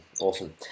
Awesome